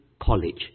college